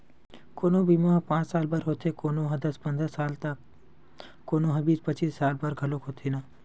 कोनो बीमा ह पाँच साल बर होथे, कोनो ह दस पंदरा साल त कोनो ह बीस पचीस साल बर घलोक होथे न